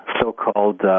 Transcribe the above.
so-called